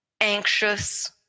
anxious